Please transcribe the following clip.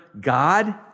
God